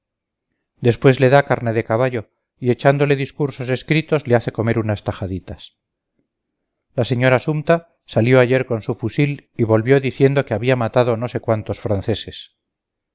después le da carne de caballo y echándole discursos escritos le hace comer unas tajaditas la señora sumta salió ayer con su fusil y volvió diciendo que había matado no sé cuántos franceses